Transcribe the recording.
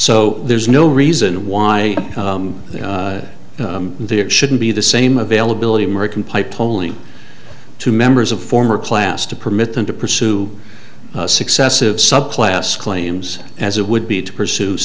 so there's no reason why there shouldn't be the same availability american pie polling to members of former plas to permit them to pursue successive subclass claims as it would be to pursue